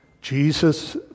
Jesus